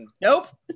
nope